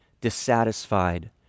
dissatisfied